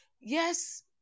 yes